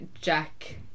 Jack